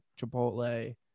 Chipotle